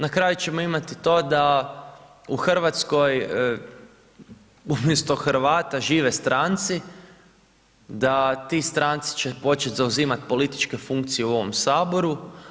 Na kraju ćemo imati to da u Hrvatskoj umjesto Hrvata žive stranci, da ti stranci će početi zauzimati političke funkcije u ovom Saboru.